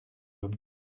homme